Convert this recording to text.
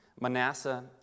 Manasseh